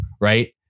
right